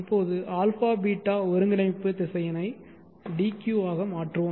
இப்போது αβ ஒருங்கிணைப்பு திசையனை dq ஆக மாற்றுவோம்